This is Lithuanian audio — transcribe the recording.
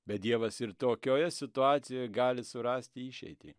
bet dievas ir tokioje situacijoj gali surasti išeitį